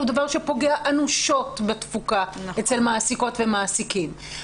הוא דבר שפוגע אנושות בתפוקה אצל מעסיקות ומעסיקים.